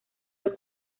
del